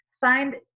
Find